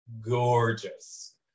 gorgeous